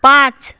পাঁচ